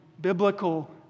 biblical